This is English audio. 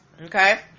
okay